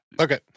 Okay